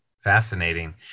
Fascinating